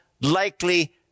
likely